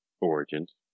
origins